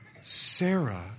Sarah